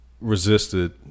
resisted